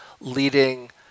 leading